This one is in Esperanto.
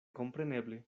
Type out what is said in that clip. kompreneble